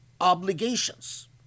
obligations